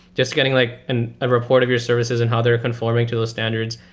just getting like and a report of your services and how they're conforming to those standards.